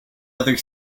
other